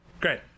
Great